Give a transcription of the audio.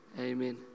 Amen